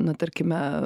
nu tarkime